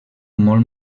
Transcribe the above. molt